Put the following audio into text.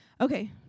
Okay